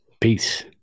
Peace